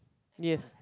yes